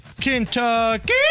Kentucky